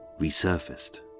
resurfaced